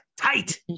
tight